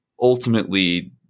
ultimately